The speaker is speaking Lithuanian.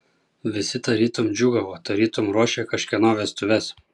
visi tarytum džiūgavo tarytum ruošė kažkieno vestuves